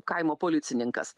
kaimo policininkas